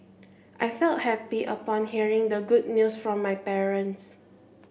I felt happy upon hearing the good news from my parents